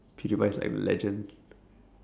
pewdiepie is like legend